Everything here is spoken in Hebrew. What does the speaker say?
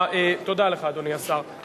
תודה לך, אדוני השר.